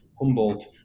Humboldt